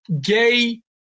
Gay